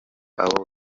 abo